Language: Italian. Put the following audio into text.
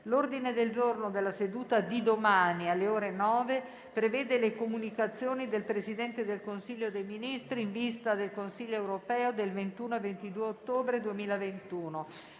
L'ordine del giorno della seduta di domani, alle ore 9, prevede le comunicazioni del Presidente del Consiglio dei ministri in vista del Consiglio europeo del 21 e 22 ottobre 2021.